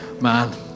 man